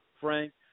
Frank